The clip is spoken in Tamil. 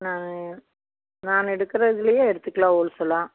நான் நான் எடுக்கறதுலையே எடுத்துக்கலாம் ஹோல்சோலாக